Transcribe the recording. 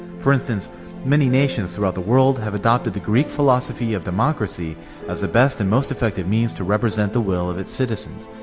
for instance many nations throughout the world have adopted the greek philosophy of democracy as the best and most effective means to represent the will of its citizens.